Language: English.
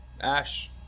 Ash